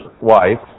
wife